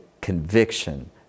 conviction